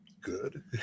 good